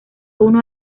uno